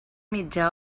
mitja